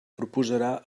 proposarà